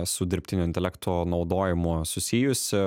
su dirbtinio intelekto naudojimo susijusi